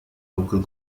local